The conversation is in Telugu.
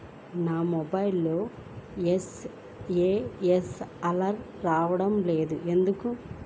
నా మొబైల్కు ఎస్.ఎం.ఎస్ అలర్ట్స్ రావడం లేదు ఎందుకు?